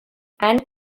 and